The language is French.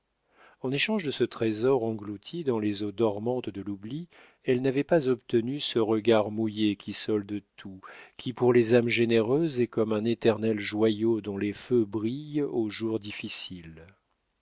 en échange de ce trésor englouti dans les eaux dormantes de l'oubli elle n'avait pas obtenu ce regard mouillé qui solde tout qui pour les âmes généreuses est comme un éternel joyau dont les feux brillent aux jours difficiles